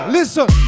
Listen